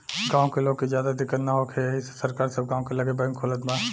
गाँव के लोग के ज्यादा दिक्कत ना होखे एही से सरकार सब गाँव के लगे बैंक खोलत बा